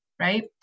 right